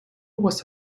was